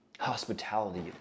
hospitality